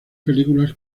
películas